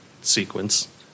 sequence